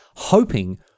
hoping